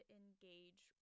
engage